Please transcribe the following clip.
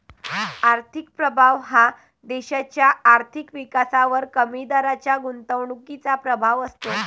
आर्थिक प्रभाव हा देशाच्या आर्थिक विकासावर कमी दराच्या गुंतवणुकीचा प्रभाव असतो